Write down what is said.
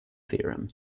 theorem